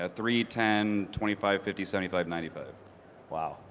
ah three, ten, twenty five, fifty, seventy five, ninety five wow.